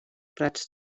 prats